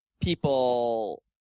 people